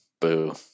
Boo